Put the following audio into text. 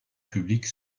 public